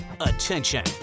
attention